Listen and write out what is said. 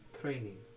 training